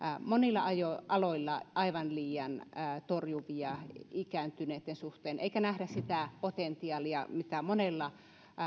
monilla aloilla aivan liian torjuvia ikääntyneitten suhteen eikä nähdä sitä potentiaalia mitä monella